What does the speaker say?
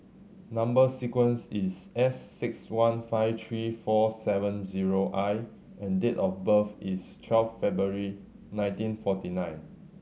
number sequence is S six one five three four seven zero I and date of birth is twelve February nineteen forty nine